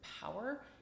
power